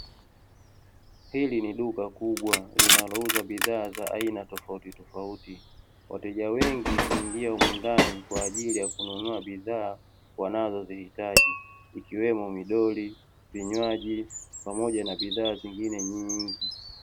Hili ni duka kubwa linalouuza bidhaa za aina tofautitofauti. Wateja wengi huingia humu ndani kwa ajili ya kununua bidhaa wanazozihitaji ikiwemo: midoli, vinywaji pamoja na bidhaa nyingine nyingi.